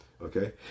okay